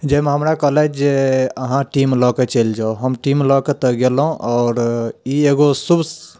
जाहिमे हमरा कहलथि जे अहाँ टीम लऽ कऽ चलि जाउ हम टीम लऽ कऽ तऽ गेलहुँ आओर ई एगो शुभ